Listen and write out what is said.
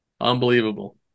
unbelievable